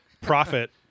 profit